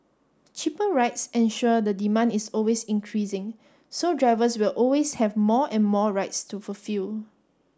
cheaper rides ensure the demand is always increasing so drivers will always have more and more rides to fulfil